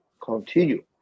continue